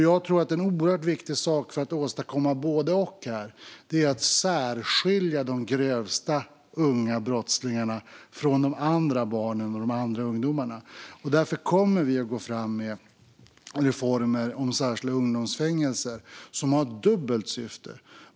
Jag tror att en viktig sak för att åstadkomma både och är att särskilja de grövsta unga brottslingarna från de andra barnen och ungdomarna. Därför kommer vi att gå fram med en reform om särskilda ungdomsfängelser som har ett dubbelt syfte.